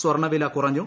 സ്വർണ്ണവില കുറഞ്ഞു